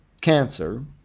cancer